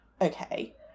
Okay